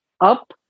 up